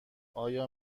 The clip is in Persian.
آیا